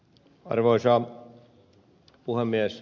arvoisa puhemies